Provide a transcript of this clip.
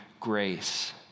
grace